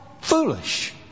foolish